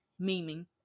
memeing